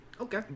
Okay